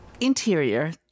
Interior